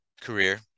career